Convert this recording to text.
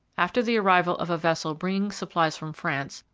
after the arrival of a vessel bringing supplies from france,